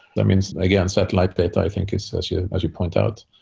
that means again, satellite data i think is as yeah as you point out,